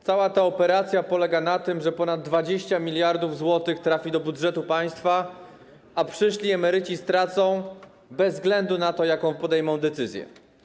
Cała ta operacja polega na tym, że ponad 20 mld zł trafi do budżetu państwa, a przyszli emeryci stracą bez względu na to, jaką podejmą decyzję.